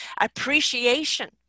Appreciation